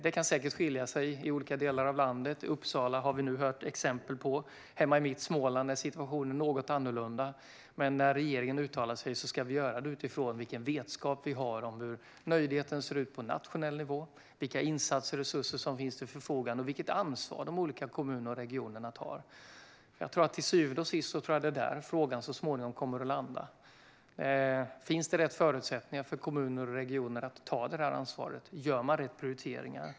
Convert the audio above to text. Det kan säkert skilja sig åt i olika delar i landet; vi har hört exempel från Uppsala, och hemma i mitt Småland är situationen något annorlunda. När regeringen uttalar sig ska vi dock göra det utifrån vilken vetskap vi har om hur nöjdheten ser ut på nationell nivå, vilka insatser och resurser som finns till förfogande och vilket ansvar de olika kommunerna och regionerna tar. Till syvende och sist tror jag att det är där frågan så småningom kommer att landa: Finns det rätt förutsättningar för kommuner och regioner att ta ansvaret? Gör man rätt prioriteringar?